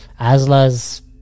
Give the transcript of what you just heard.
Asla's